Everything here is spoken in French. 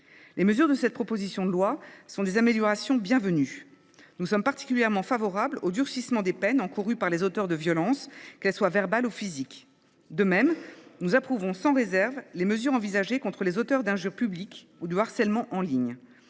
Les dispositions de cette proposition de loi constituent des améliorations bienvenues. Nous sommes particulièrement favorables au durcissement des peines encourues par les auteurs de violences, qu’elles soient verbales ou physiques. De même, nous approuvons sans réserve les mesures envisagées contre les auteurs d’injures publiques ou de harcèlement en ligne.